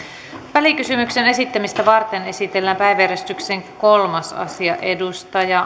välikysymyksen esittämistä varten esitellään päiväjärjestyksen kolmas asia